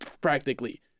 practically